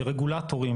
כרגולטור,